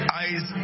eyes